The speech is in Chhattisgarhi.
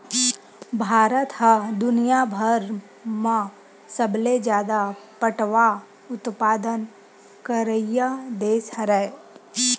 भारत ह दुनियाभर म सबले जादा पटवा उत्पादन करइया देस हरय